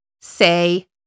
say